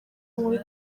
muri